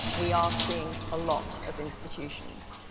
we are seeing a lot of institutions.